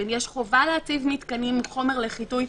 יש חובה להציב מתקנים עם חומר לחיטוי,